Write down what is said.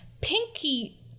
Pinky